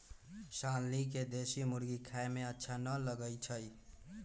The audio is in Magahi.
शालनी के देशी मुर्गी खाए में अच्छा न लगई छई